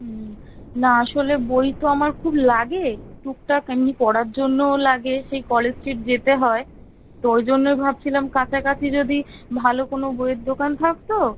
হুম না আসলে বই তো আমার খুব লাগে টুকটাক এমনিই পড়ার জন্যও লাগে সেই কলেজ স্ট্রিট যেতে হয় তো ওই জন্যই ভাবছিলাম কাছাকাছি যদি ভালো কোনো বইয়ের দোকান থাকতো